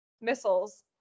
Missiles